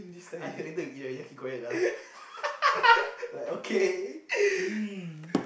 I think later when we eat right we just keep quiet ah like okay hmm